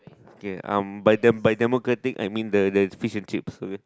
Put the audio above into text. okay um by the by democratic I mean the there's fish and chips